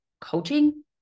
coaching